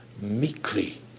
meekly